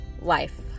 life